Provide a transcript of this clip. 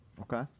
Okay